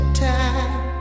time